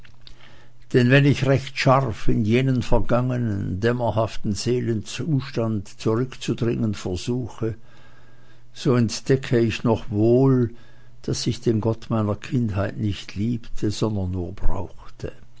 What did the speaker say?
denn wenn ich recht scharf in jenen vergangenen dämmerhaften seelenzustand zurückzudringen versuchte so entdecke ich noch wohl daß ich den gott meiner kindheit nicht liebte sondern nur brauchte